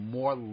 more